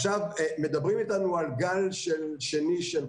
עכשיו מדברים איתנו על גל שני של קורונה.